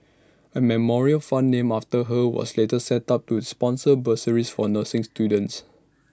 A memorial fund named after her was later set up to sponsor bursaries for nursing students